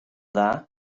dda